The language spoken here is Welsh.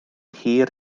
hir